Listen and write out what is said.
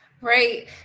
Right